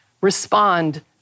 respond